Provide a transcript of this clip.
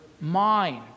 mind